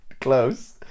close